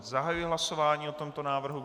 Zahajuji hlasování o tomto návrhu.